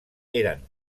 eren